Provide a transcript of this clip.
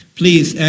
please